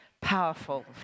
powerful